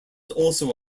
also